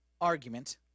argument